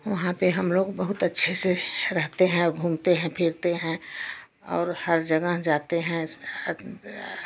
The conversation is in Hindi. वहाँ पे हमलोग बहुत अच्छे से रहते हैं घूमते हैं फिरते हैं और हर जगह जाते हैं साथ में